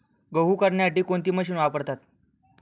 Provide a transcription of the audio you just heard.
गहू करण्यासाठी कोणती मशीन वापरतात?